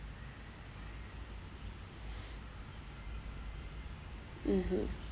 mmhmm